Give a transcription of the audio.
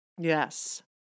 Yes